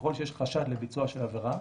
ככל שיש חשד לביצוע של עבירה